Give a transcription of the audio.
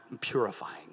purifying